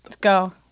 go